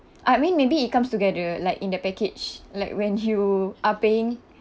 I mean maybe it comes together like in the package like when you are paying